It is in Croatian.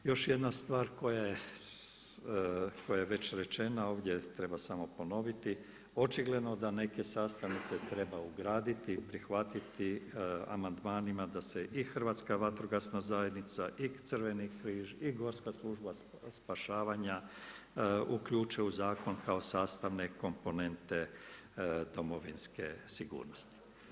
Još jedna stvar koja je već rečena ovdje, treba samo ponoviti, očigledno da neke sastavnice treba ugraditi, prihvatiti amandmanima da se i Hrvatska vatrogasna zajednica i Crveni križ i Gorska služba spašavanja, uključe u zakon kako sastavne komponente Domovinske sigurnosti.